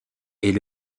est